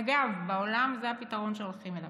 אגב, בעולם זה הפתרון שהולכים אליו.